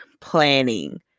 planning